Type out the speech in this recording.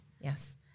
Yes